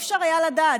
לא היה אפשר לדעת.